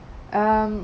um